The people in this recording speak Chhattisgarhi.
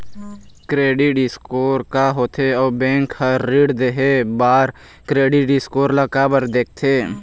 क्रेडिट स्कोर का होथे अउ बैंक हर ऋण देहे बार क्रेडिट स्कोर ला काबर देखते?